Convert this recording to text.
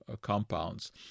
compounds